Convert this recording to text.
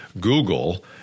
Google